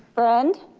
friend,